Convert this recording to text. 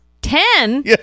Ten